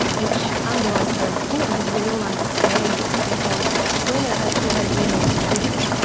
which underlines how important it is we all understand this because when ah a traumatic memory is triggered,